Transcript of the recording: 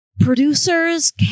Producers